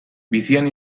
bizian